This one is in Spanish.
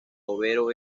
overo